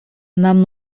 нам